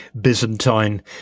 byzantine